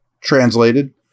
translated